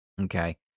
Okay